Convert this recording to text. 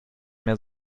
mehr